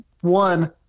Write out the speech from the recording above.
one –